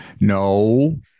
No